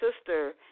sister